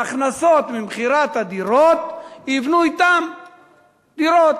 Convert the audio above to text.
ההכנסות ממכירות הדירות יבנו בהן דירות.